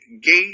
gate